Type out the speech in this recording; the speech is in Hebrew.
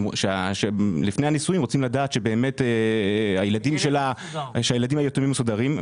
לפני הנישואים הם רוצים לדעת שהילדים היתומים מסודרים.